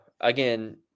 Again